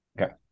Okay